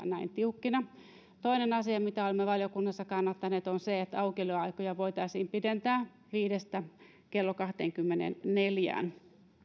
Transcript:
näin tiukkoina toinen asia mitä olemme valiokunnassa kannattaneet on se että aukioloaikoja voitaisiin pidentää viidestä kello kahteenkymmeneenneljään